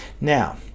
Now